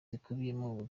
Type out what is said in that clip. ubutumwa